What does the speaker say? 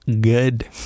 good